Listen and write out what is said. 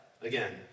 Again